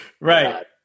Right